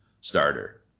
starter